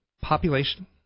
population